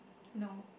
no